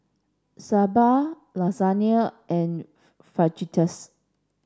Sambar Lasagne and Fajitas